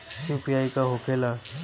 UPI का होके ला?